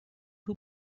who